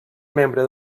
membre